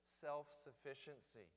self-sufficiency